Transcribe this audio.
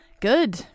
Good